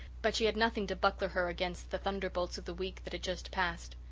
but she had nothing to buckler her against the thunderbolts of the week that had just passed.